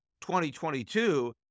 2022